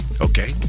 Okay